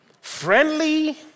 friendly